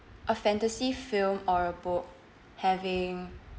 a fantasy film or a book having